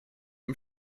ihm